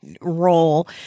role